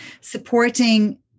supporting